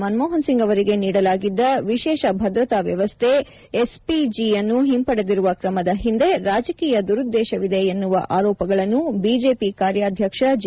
ಮನಮೋಹನ್ ಸಿಂಗ್ ಅವರಿಗೆ ನೀಡಲಾಗಿದ್ದ ವಿಶೇಷ ಭದ್ರತಾ ವ್ಯವಸ್ಥೆ ಎಸ್ಪಿಜಿಯನ್ನು ಹಿಂಪಡೆದಿರುವ ಕ್ರಮದ ಹಿಂದೆ ರಾಜಕೀಯ ದುರುದ್ದೇಶವಿದೆ ಎನ್ನುವ ಆರೋಪಗಳನ್ನು ಬಿಜೆಪಿ ಕಾರ್ಯಾಧ್ಯಕ್ಷ ಜೆ